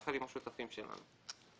יחד עם השותפים שלנו.